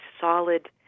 solid